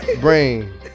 brain